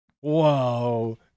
whoa